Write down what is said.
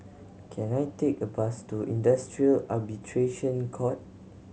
can I take a bus to Industrial Arbitration Court